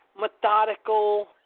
methodical